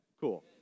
Cool